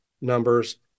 numbers